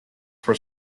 for